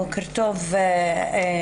ח"כ ע'דיר כמאל מריח.